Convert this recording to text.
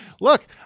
look